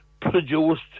produced